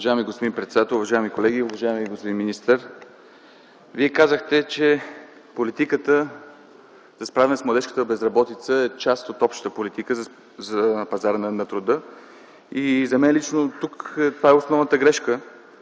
Уважаеми господин председател, уважаеми колеги, уважаеми господин министър! Вие казахте, че политиката за справяне с младежката безработица е част от общата политика за пазара на труда. За мен лично тук това е основната грешка,